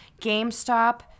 GameStop